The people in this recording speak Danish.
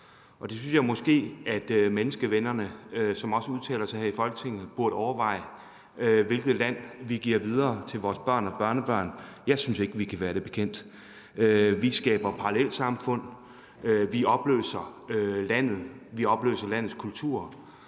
Jeg synes måske, at menneskevennerne, som også udtaler sig her i Folketinget, burde overveje, hvilket land vi giver videre til vores børn og børnebørn. Jeg synes ikke, vi kan være det bekendt. Vi skaber parallelsamfund. Vi opløser landet. Man opløser landets kultur,